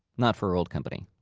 not for her old company.